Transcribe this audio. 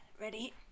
Ready